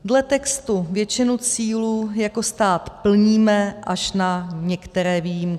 Dle textu většinu cílů jako stát plníme, až na některé výjimky.